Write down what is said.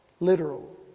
Literal